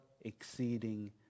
exceeding